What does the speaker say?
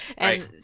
right